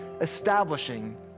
establishing